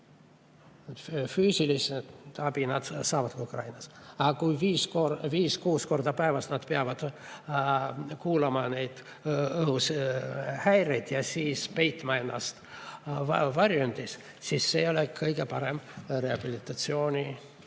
Füüsilist abi nad saavad Ukrainas, aga kui nad viis-kuus korda päevas peavad kuulma õhuhäireid ja peitma ennast varjendis, siis see ei ole kõige parem rehabilitatsioon.